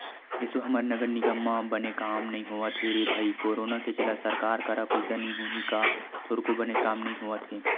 एसो हमर नगर निगम म बने काम नइ होवत हे रे भई करोनो के चलत सरकार करा पइसा नइ होही का थोरको बने काम नइ होवत हे